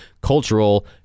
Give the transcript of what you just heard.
cultural